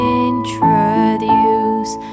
introduce